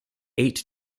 eight